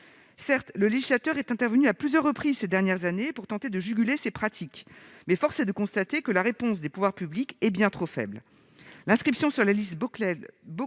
Certes, le législateur est intervenu à plusieurs reprises ces dernières années pour tenter de juguler ces pratiques, mais force est de constater que la réponse des pouvoirs publics est bien trop faible.